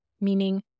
meaning